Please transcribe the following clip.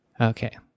Okay